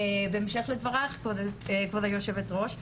בהמשך לדבריך, כבוד היושבת ראש,